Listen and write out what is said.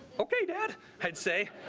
ok dad. i'd say